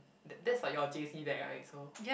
that that's like your J_C that right so